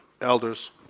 elders